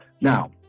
Now